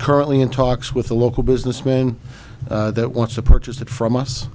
currently in talks with a local businessman that wants to purchase